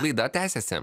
laida tęsiasi